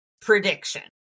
prediction